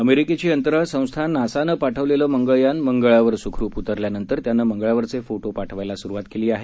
अमेरिकेची अंतराळ संस्था नासानं पाठवलेलं मंगळ्यान मंगळावर सुखरूप उतरल्यानंतर त्यानं मंगळावरचे फोटो पाठवायला सुरुवात केली आहे